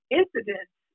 incidents